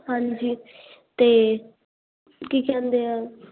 ਹਾਂਜੀ ਅਤੇ ਕੀ ਕਹਿੰਦੇ ਆ